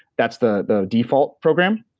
that's the the default program.